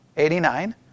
Eighty-nine